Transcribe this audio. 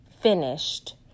finished